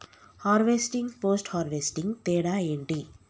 Harvesting, post harvesting తేడా ఏంటి?